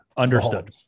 Understood